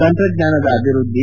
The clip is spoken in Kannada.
ತಂತ್ರಜ್ಞಾನದ ಅಭಿವೃದ್ದಿ